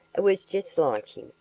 it was just like him.